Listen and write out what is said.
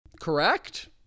Correct